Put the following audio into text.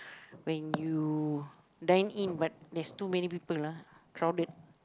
when you dine in but there's too many people ah crowded